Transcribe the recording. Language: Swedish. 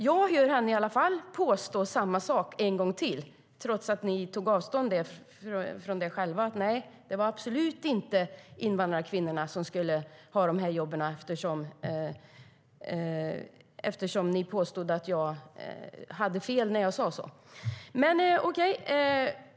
Jag hör henne i alla fall påstå samma sak en gång till, trots att ni tog avstånd från det själva, nämligen att det absolut inte var invandrarkvinnorna som skulle ha de här jobben. Ni påstod att jag hade fel när jag sa så.